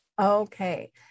Okay